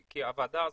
כי הוועדה הזאת,